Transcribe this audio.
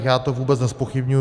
Já to vůbec nezpochybňuji.